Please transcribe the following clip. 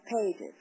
pages